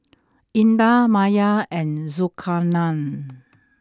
Indah Maya and Zulkarnain